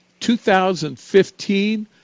2015